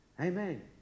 amen